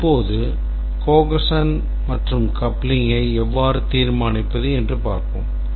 இப்போது cohesion மற்றும் coupling எவ்வாறு தீர்மானிப்பது என்று பார்ப்போம்